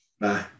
Bye